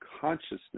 consciousness